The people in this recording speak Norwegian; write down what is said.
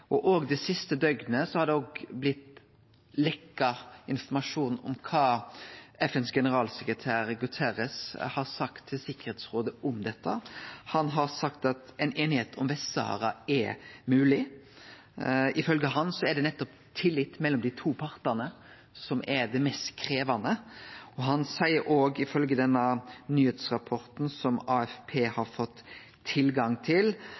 Det siste døgnet har det blitt leke informasjon om kva FNs generalsekretær Guterres har sagt i Tryggingsrådet om dette. Han har sagt at ei einigheit om Vest-Sahara er mogleg. Ifølgje han er det nettopp tilliten mellom dei to partane som er det mest krevjande. Han seier også, ifølgje ein nyheitsrapport som AFP har fått tilgang til,